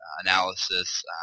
analysis